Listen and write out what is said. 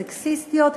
סקסיסטיות,